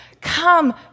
Come